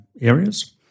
areas